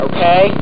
Okay